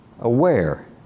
aware